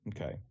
Okay